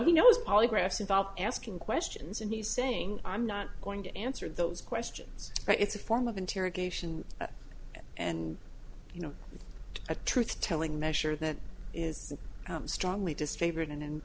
he knows polygraphs involve asking questions and he's saying i'm not going to answer those questions but it's a form of interrogation and you know a truth telling measure that is strongly disfavored and in